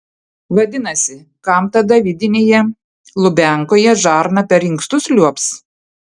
vadinasi kam tada vidinėje lubiankoje žarna per inkstus liuobs